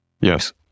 Yes